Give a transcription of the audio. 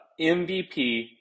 MVP